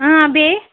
اۭں بیٚیہِ